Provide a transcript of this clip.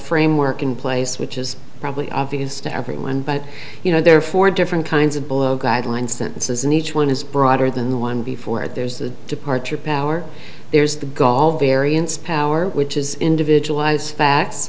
framework in place which is probably obvious to everyone but you know there are four different kinds of guidelines sentences and each one is broader than the one before there's the departure power there's the gall variance power which is individualized facts